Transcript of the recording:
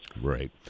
Right